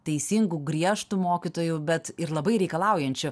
teisingu griežtu mokytoju bet ir labai reikalaujančiu